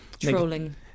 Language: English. trolling